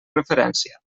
referència